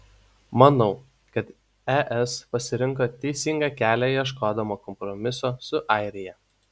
manau kad es pasirinko teisingą kelią ieškodama kompromiso su airija